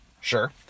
Sure